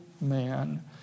man